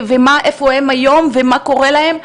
ואיפה הם היום ומה קורה להם,